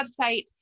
website